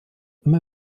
immer